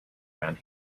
around